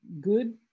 good